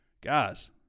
Guys